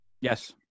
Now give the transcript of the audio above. yes